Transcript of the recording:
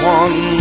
one